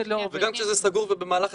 דברנו על זה בהתחלת הדברים וביקשתי שילמד מזה.